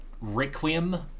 Requiem